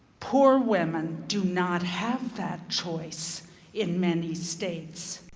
poor women do not have that choice in many states.